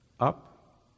Up